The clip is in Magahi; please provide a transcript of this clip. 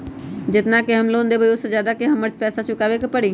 जेतना के हम लोन लेबई ओ से ज्यादा के हमरा पैसा चुकाबे के परी?